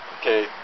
Okay